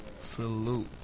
Salute